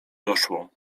doszło